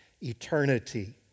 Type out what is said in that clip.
eternity